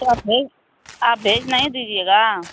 तो आप भेज आप भेज नहीं दीजिएगा